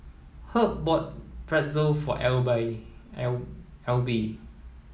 Herb bought Pretzel for Alby